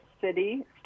city